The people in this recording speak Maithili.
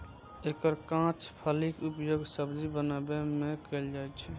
एकर कांच फलीक उपयोग सब्जी बनबै मे कैल जाइ छै